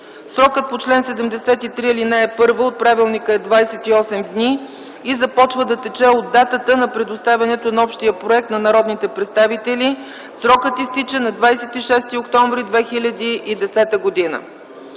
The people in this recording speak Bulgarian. Срокът по чл. 73, ал. 1 от правилника е 28 дни и започва да тече от датата на предоставянето на общия законопроект на народните представители. Срокът изтича на 26 октомври 2010 г.